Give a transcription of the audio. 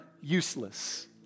useless